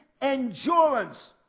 endurance